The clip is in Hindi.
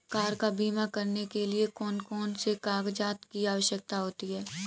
कार का बीमा करने के लिए कौन कौन से कागजात की आवश्यकता होती है?